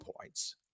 points